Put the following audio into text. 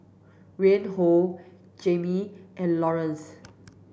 Reinhold Jammie and Lawrance